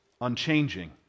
unchanging